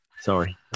sorry